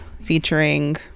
featuring